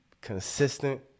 consistent